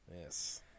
yes